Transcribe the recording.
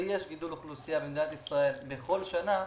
ויש גידול אוכלוסייה במדינת ישראל בכל שנה,